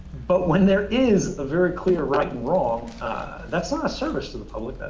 but when there is a very clear right and wrong that's not a service to the public.